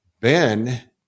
Ben